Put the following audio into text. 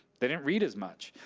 they didn't read as much.